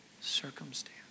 circumstance